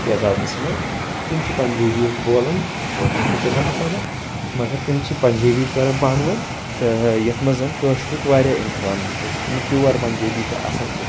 تعدادَس منٛز تِم چھِ پَنٛجٲبی بولان تہٕ کٲشُر چھُ تِمن تہِ تَگان مگر تِم چھِ پَنٛجٲبی کران پانہٕ وٲنۍ تہٕ یَتھ منٛز زَن کٲشریٛک واریاہ اِنفٕلنٕس چھُ سُہ چھُنہٕ پیٛوَر پَنٛجٲبی تہِ آسان کیٚنٛہہ